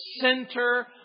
center